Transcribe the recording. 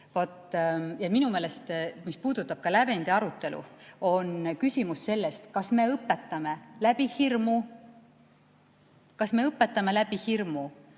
Ja minu meelest see, mis puudutab ka lävendiarutelu, on küsimus selle kohta, kas me õpetame läbi hirmu. Kas me õpetame läbi hirmu